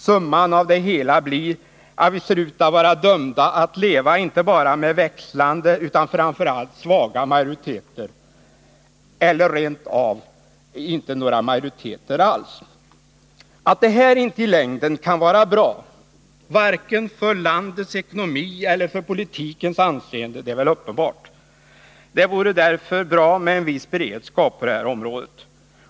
Summan av det hela blir att vi ser ut att vara dömda att leva inte bara med växlande utan framför allt med svaga majoriteter eller rent av utan några majoriteter alls. Att det här inte i längden kan vara bra vare sig för landets ekonomi eller för politikens anseende är uppenbart. Det vore därför bra med en viss beredskap på detta område.